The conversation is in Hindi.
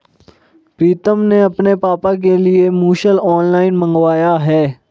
प्रितम ने अपने पापा के लिए मुसल ऑनलाइन मंगवाया है